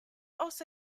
also